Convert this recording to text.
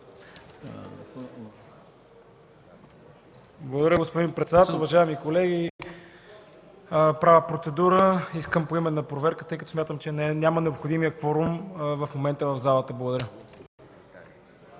Благодаря, господин председател. Уважаеми колеги, правя процедура – искам поименна проверка, тъй като смятам, че няма необходимия кворум в момента в залата. Благодаря.